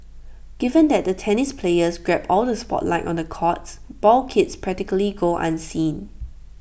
given that the tennis players grab all the spotlight on the courts ball kids practically go unseen